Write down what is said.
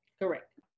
Correct